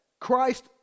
Christ